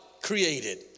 created